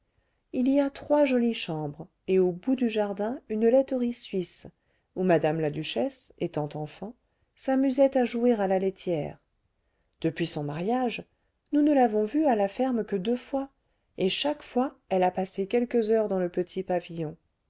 il y a trois jolies chambres et au bout du jardin une laiterie suisse où mme la duchesse étant enfant s'amusait à jouer à la laitière depuis son mariage nous ne l'avons vue à la ferme que deux fois et chaque fois elle a passé quelques heures dans le petit pavillon